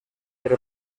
era